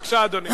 בבקשה, אדוני.